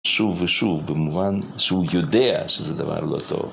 שוב ושוב במובן שהוא יודע שזה דבר לא טוב